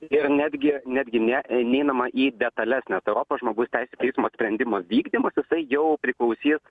ir netgi netgi ne neinama į detalesnes europos žmogaus teisių teismo sprendimus vykdymus jisai jau priklausys